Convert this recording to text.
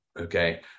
okay